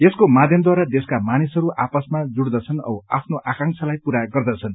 यसको माध्यमद्वारा देशका मानिसहरू आपसमा जुड़दछन् औ आफ्नो आकांक्षालाई पूरा गर्दछन्